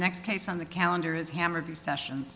next case on the calendar is hammered you sessions